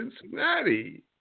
Cincinnati